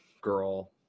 girl